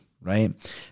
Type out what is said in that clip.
right